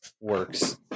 Works